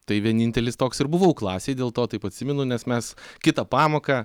tai vienintelis toks ir buvau klasėj dėl to taip atsimenu nes mes kitą pamoką